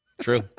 True